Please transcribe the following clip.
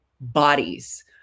bodies